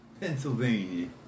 Pennsylvania